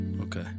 okay